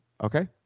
Okay